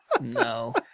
No